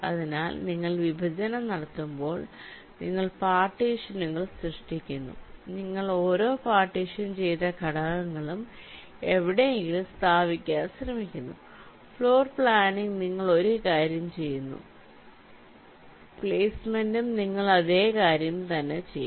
അതിനാൽ നിങ്ങൾ വിഭജനം നടത്തുമ്പോൾ നിങ്ങൾ പാർട്ടീഷനുകൾ സൃഷ്ടിക്കുന്നു നിങ്ങൾ ഓരോ പാർട്ടീഷൻ ചെയ്ത ഘടകങ്ങളും എവിടെയെങ്കിലും സ്ഥാപിക്കാൻ ശ്രമിക്കുന്നു ഫ്ലോർ പ്ലാനിംഗ് നിങ്ങൾ ഒരേ കാര്യം ചെയ്യുന്നു പ്ലെയ്സ്മെന്റും നിങ്ങൾ ഇതേ കാര്യം തന്നെ ചെയ്യും